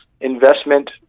investment